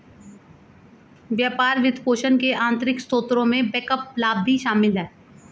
व्यापार वित्तपोषण के आंतरिक स्रोतों में बैकअप लाभ भी शामिल हैं